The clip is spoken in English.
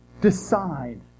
decide